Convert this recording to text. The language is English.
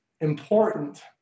important